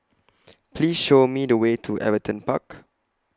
Please Show Me The Way to Everton Park